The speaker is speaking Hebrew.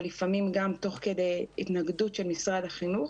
אבל לפעמים גם תוך כדי התנגדות של משרד החינוך.